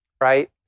right